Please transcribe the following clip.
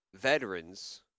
veterans